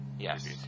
Yes